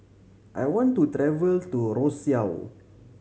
I want to travel to Roseau